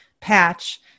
patch